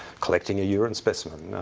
collecting a urine specimen,